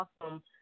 awesome